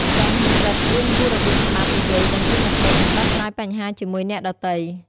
សិស្សនិស្សិតរៀនពីរបៀបស្តាប់ និយាយ បញ្ចេញមតិ និងដោះស្រាយបញ្ហាជាមួយអ្នកដទៃ។